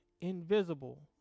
invisible